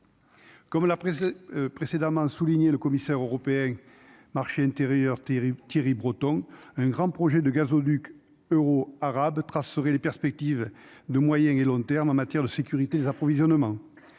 Comme la presse précédemment souligné le commissaire européen Marché intérieur Thierry Thierry Breton, un grand projet de gazoduc euro-arabe tracerait les perspectives de moyen et long terme en matière de sécurité des approvisionnements